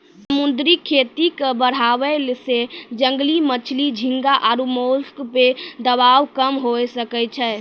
समुद्री खेती के बढ़ाबै से जंगली मछली, झींगा आरु मोलस्क पे दबाब कम हुये सकै छै